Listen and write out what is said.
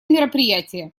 мероприятие